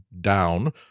down